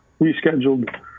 rescheduled